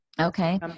okay